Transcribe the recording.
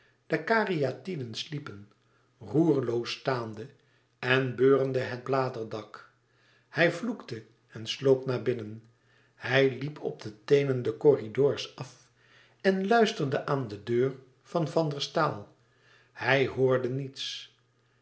de karyatiden sliepen roerloos staande en beurende het bladerdak hij vloekte en sloop naar binnen hij liep op de teenen de corridors af en luisterde aan de deur van van der staal hij hoorde niets